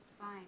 fine